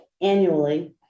annually